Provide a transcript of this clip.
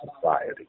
society